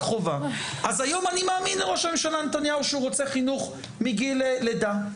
אז היום אני מאמין לראש הממשלה נתניהו שהוא רוצה חינוך מגיל לידה.